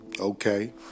Okay